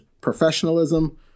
professionalism